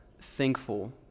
thankful